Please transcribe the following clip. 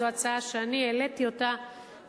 זו הצעה שאני העליתי בזמנו,